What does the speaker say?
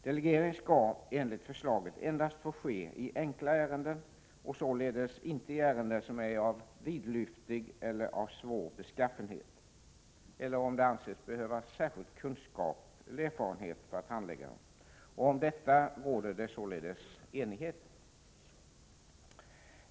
Delegering skall enligt förslaget endast få ske i enkla ärenden, således inte i ärenden som är av vidlyftig eller svår beskaffenhet, eller om det anses att särskild kunskap eller erfarenhet behövs för att handlägga dem. Om detta råder det enighet.